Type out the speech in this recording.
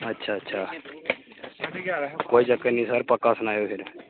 अच्छा अच्छा कोई चक्कर निं सर पक्का सनाएओ फिर